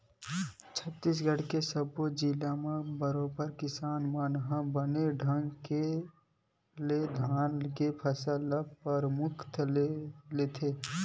छत्तीसगढ़ के सब्बो जिला म बरोबर किसान मन ह बने ढंग ले धान के फसल ल परमुखता ले लेथे